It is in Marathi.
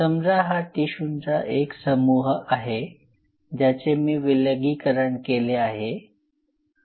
समजा हा टिशूंचा एक समूह आहे ज्याचे मी विलगीकरण केले आहे